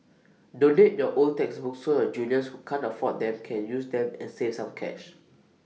donate your old textbooks so your juniors who can't afford them can use them and save some cash